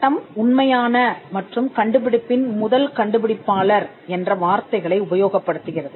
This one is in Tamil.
சட்டம் உண்மையான மற்றும் கண்டுபிடிப்பின் முதல் கண்டுபிடிப்பாளர் என்ற வார்த்தைகளை உபயோகப்படுத்துகிறது